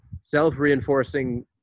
self-reinforcing